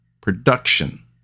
production